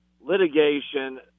litigation